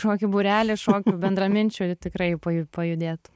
šokių būrelį šokių bendraminčių i tikrai paju pajudėt